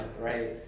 right